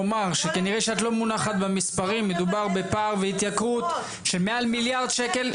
מדובר בפער והתייקרות של למעלה ממיליארד שקל.